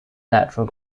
natural